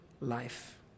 life